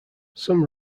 some